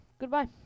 goodbye